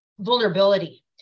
vulnerability